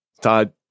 Todd